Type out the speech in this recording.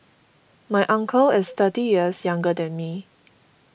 my uncle is thirty years younger than me